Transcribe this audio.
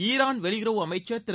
ஈராள் வெளியுறவு அமைச்சர் திரு